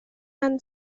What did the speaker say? and